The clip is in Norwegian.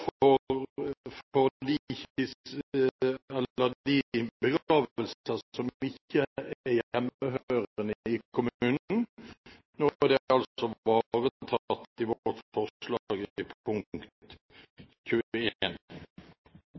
for de begravelser som ikke er hjemmehørende i kommunen. Det ville altså vært ivaretatt i vårt forslag